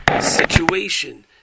situation